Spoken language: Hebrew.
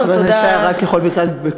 חבר הכנסת שי יכול רק בקריאות ביניים.